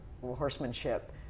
horsemanship